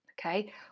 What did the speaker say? Okay